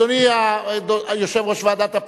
אדוני יושב-ראש ועדת הפנים,